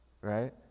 Right